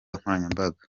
nkoranyambaga